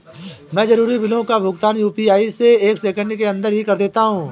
मैं जरूरी बिलों का भुगतान यू.पी.आई से एक सेकेंड के अंदर ही कर देता हूं